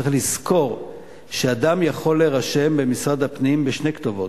צריך לזכור שאדם יכול להירשם במשרד הפנים בשתי כתובות,